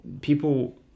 people